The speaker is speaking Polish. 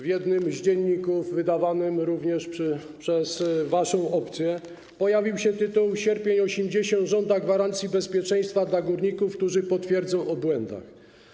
W jednym z dzienników, wydawanym również przez waszą opcję, pojawił się tytuł: Sierpień 80 żąda gwarancji bezpieczeństwa dla górników, którzy powiedzą o błędach.